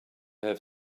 have